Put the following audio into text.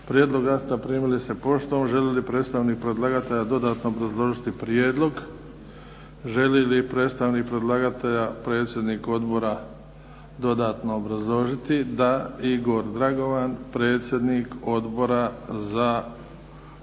Prijedlog akta primili ste poštom. Želi li predstavnik predlagatelja dodatno obrazložiti prijedlog? Želi li predstavnik predlagatelja, predsjednik odbora dodatno obrazložiti? Da. Igor Dragovan, predsjednik Odbora za